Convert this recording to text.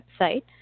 website